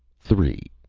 three.